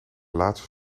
laatste